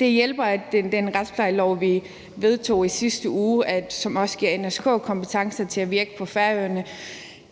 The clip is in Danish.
Det hjælper, at den retsplejelov, vi vedtog i sidste uge, også giver NSK kompetence til at virke på Færøerne.